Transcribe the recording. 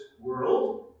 world